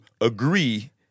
Agree